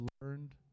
learned